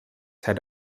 had